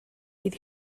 bydd